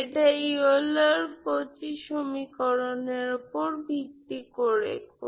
এটা ইওলার কচি সমীকরণের উপর ভিত্তি করে